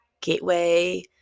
gateway